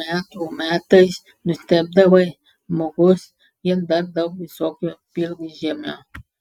metų metais nustebdavai žmogus kiek dar daug visokio pilkžemio